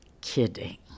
kidding